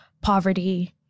poverty